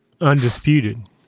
Undisputed